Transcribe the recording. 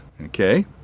Okay